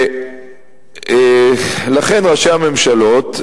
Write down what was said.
לכן, ראשי הממשלות,